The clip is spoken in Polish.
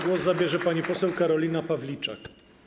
Głos zabierze pani poseł Karolina Pawliczak.